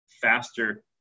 faster